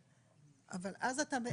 אתה אומר,